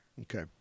okay